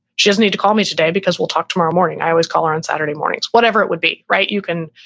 she doesn't need to call me today because we'll talk tomorrow morning. i always call her on saturday mornings, whatever it would be. right? you can,